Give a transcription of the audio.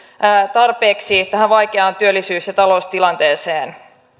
tarpeeksi tähän vaikeaan työllisyys ja taloustilanteeseen